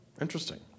Interesting